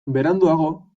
beranduago